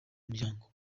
umuryango